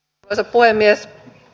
arvoisa puhemies